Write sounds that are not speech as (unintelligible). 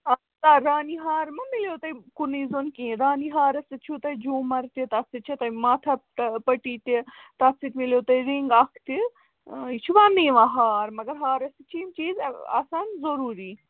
(unintelligible) رانی ہار مَہ میلیو تۄہہِ کُنُے زوٚن کیٚنٛہہ رانی ہارَس سۭتۍ چھُو تۄہہِ جھوٗمَر تہِ تَتھ سۭتۍ چھےٚ تۄہہِ ماتھا پٔٹی تہِ تَتھ سۭتۍ میلیو تۄہہِ رِنٛگ اَکھ تہِ یہِ چھُ ونٛنہٕ یِوان ہار مگر ہارَس سۭتۍ چھِ یِم چیٖز آسان ضٔروٗری